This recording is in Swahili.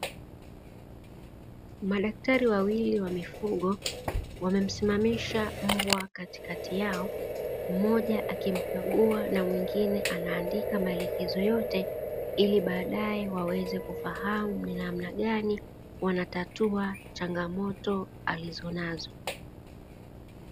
Madaktari wawili wa mifugo wamemsimamisha mbwa katikati yao, mmoja akimkagua na mwingne anaandika maelekezo yote ili baadae waweze kufahamu ni namna gani wanatatua changamoto alizonazo.